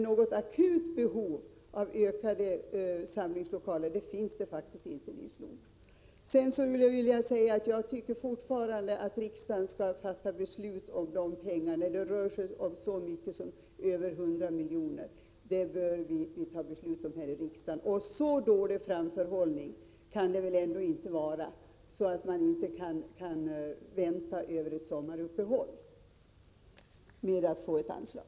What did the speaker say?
Något akut behov av fler samlingslokaler finns det faktiskt inte, Nils Nordh. Till sist vill jag säga att jag fortfarande tycker att riksdagen skall fatta besluten, när det rör sig om så mycket pengar som över 100 milj.kr. Så dålig framförhållning kan det väl inte vara att man inte kan vänta över sommaruppehållet på anslag?